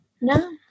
No